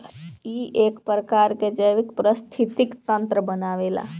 इ एक प्रकार के जैविक परिस्थितिक तंत्र बनावेला